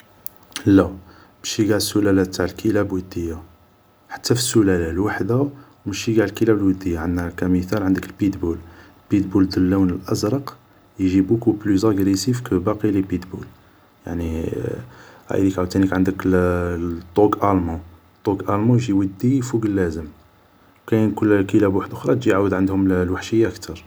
لا, ماشي قاع السلالات تاع الكلاب ودية, حتى في السلالة الوحدة و ماشي قاع الكلاب ودية كمثال عندك البيتبول, البيتبول ذو اللون الأزرق يجي بوكو بلو زاكريسيف كو باقي لي بيتدبول و تانيك عندك الدوق المون, دوق المون يجي ودي فوق اللازم, كاين كلاب أخرى تجي عندهم الوحشية كتر